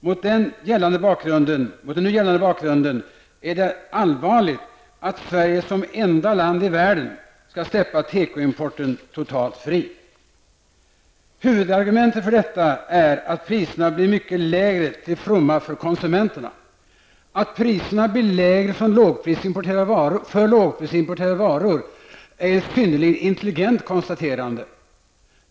Mot den nu gällande bakgrunden är det allvarligt att Sverige som enda land i världen skall släppa tekoimporten totalt fri. Huvudargumentet för detta är att priserna blir mycket lägre till fromma för konsumenterna. Att priserna blir lägre på lågprisimporterade varor är ett synnerligen intelligent konstaterande!